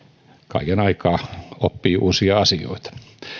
kaiken aikaa oppii uusia asioita